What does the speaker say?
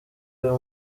uyu